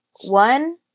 one